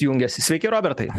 jungiasi sveiki robertai